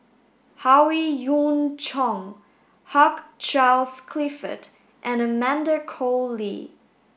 Howe Yoon Chong Hugh Charles Clifford and Amanda Koe Lee